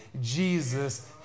Jesus